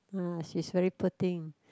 uh she's very poor thing